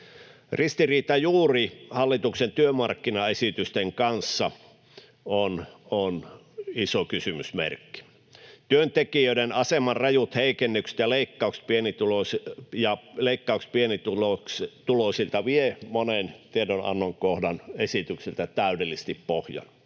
Ristiriita juuri hallituksen työmarkkinaesitysten kanssa on iso kysymysmerkki. Työntekijöiden aseman rajut heikennykset ja leikkaukset pienitulotuloisilta vievät monen tiedonannon kohdan esityksiltä täydellisesti pohjan.